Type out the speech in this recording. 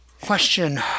question